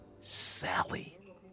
Sally